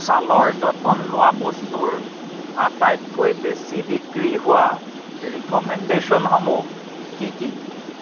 ছালৰ যতন লোৱা বস্তুৰ আটাইতকৈ বেছি বিক্ৰী হোৱা ৰিক'মেণ্ডেশ্যনসমূহ কি কি